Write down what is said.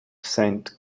saint